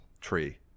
tree